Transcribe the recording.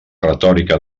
retòrica